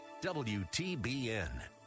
WTBN